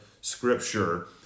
scripture